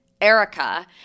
Erica